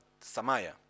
samaya